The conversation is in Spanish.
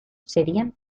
serían